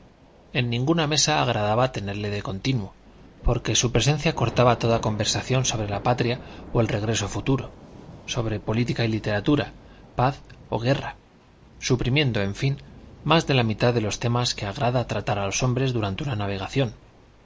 en ninguna mesa agradaba tenerle de continuo porque su presencia cortaba toda conversación sobre la patria o el regreso futuro sobre política y literatura paz o guerra suprimiendo en fin más de la mitad de los temas que agrada tratar a los hombres durante una navegación